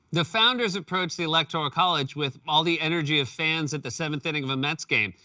the founders approached the electoral ah college with all the energy of fans at the seventh inning of a mets game.